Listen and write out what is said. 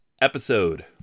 episode